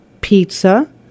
pizza